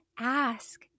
ask